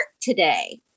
today